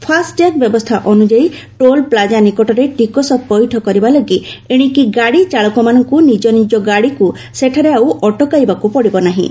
FASTag ବ୍ୟବସ୍ଥା ଅନ୍ତଯାୟୀ toll plaza ନିକଟରେ ଟିକସ ପୈଠ କରିବା ଲାଗି ଏଣିକି ଗାଡ଼ିଚାଳକମାନଙ୍କୁ ନିଜ ନିଜ ଗାଡ଼ିକୁ ସେଠାରେ ଆଉ ଅଟକାଇବାକୁ ପଡ଼ିବ ନାହିଁ